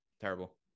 Terrible